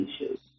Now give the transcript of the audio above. issues